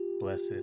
Blessed